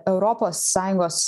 europos sąjungos